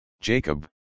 Jacob